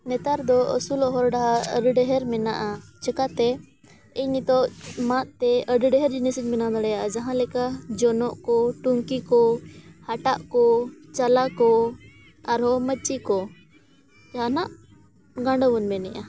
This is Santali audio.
ᱱᱮᱛᱟᱨ ᱫᱚ ᱟᱹᱥᱩᱞᱚᱜ ᱦᱚᱨᱼᱰᱟᱦᱟᱨ ᱟᱹᱰᱤ ᱰᱷᱮᱨ ᱢᱮᱱᱟᱜᱼᱟ ᱪᱮᱠᱟᱛᱮ ᱤᱧ ᱱᱤᱛᱳᱜ ᱢᱟᱫ ᱛᱮ ᱟᱹᱰᱤ ᱰᱷᱮᱨ ᱡᱤᱱᱤᱥ ᱤᱧ ᱵᱮᱱᱟᱣ ᱫᱟᱲᱮᱭᱟᱜᱼᱟ ᱡᱟᱦᱟᱸ ᱞᱮᱠᱟ ᱡᱚᱱᱚᱜ ᱠᱚ ᱴᱩᱝᱠᱤ ᱠᱚ ᱦᱟᱴᱟᱜ ᱠᱚ ᱪᱟᱞᱟ ᱠᱚ ᱟᱨᱦᱚᱸ ᱢᱟᱪᱤ ᱠᱚ ᱡᱟᱦᱟᱱᱟᱜ ᱜᱟᱰᱚ ᱵᱚᱱ ᱢᱮᱱᱮᱫᱼᱟ